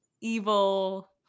evil